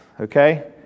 okay